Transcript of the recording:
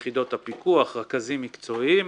יחידות הפיקוח, רכזים מקצועיים,